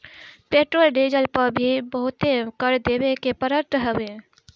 petrol diesel पअ भी बहुते कर देवे के पड़त हवे